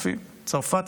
בצרפת,